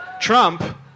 Trump